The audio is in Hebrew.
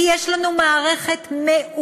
כי יש לנו מערכת מעולה,